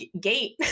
gate